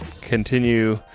continue